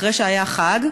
אחרי שהיה חג,